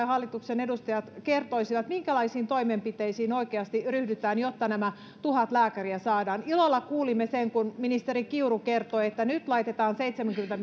hallituksen edustajat kertoisivat minkälaisiin toimenpiteisiin oikeasti ryhdytään jotta nämä tuhat lääkäriä saadaan ilolla kuulimme sen kun ministeri kiuru kertoi että nyt laitetaan seitsemänkymmentä